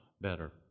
better